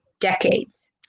decades